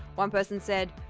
one person said